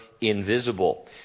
invisible